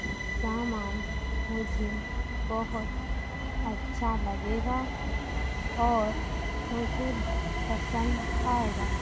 सामान मुझे बहुत अच्छा लगेगा और मुझे बहुत पसन्द आएगा